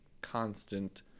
constant